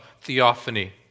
theophany